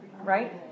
right